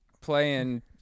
playing